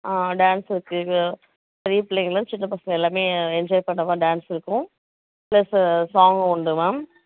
ஆ dance இருக்குது பெரிய பிள்ளைங்கலேருந்து சின்ன பசங்க எல்லாமே என்ஜாய் பண்ணுறமாரி டான்ஸ் இருக்கும் ப்ளஸ்ஸு சாங்கும் உண்டு மேம்